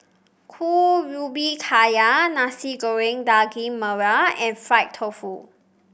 Kuih Ubi Kayu Nasi Goreng Daging Merah and Fried Tofu